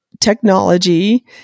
technology